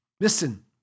Listen